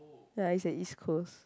ya is at East Coast